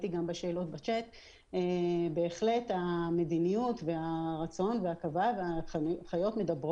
בהחלט המדיניות והרצון וההנחיות מדברים